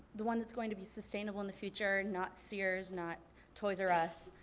the one that's going to be sustainable in the future, not sears, not toys r us,